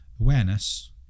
awareness